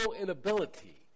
inability